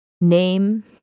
name